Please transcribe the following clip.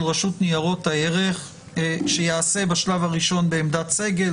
רשות ניירות הערך שייעשה בשלב הראשון בעמדת סגל,